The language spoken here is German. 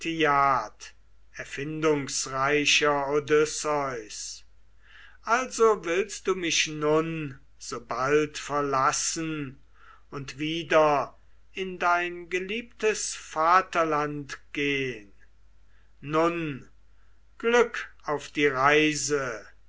odysseus also willst du mich nun so bald verlassen und wieder in dein geliebtes vaterland gehn nun glück auf die reise